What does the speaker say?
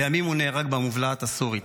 לימים הוא נהרג במובלעת הסורית.